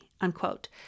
unquote